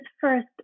first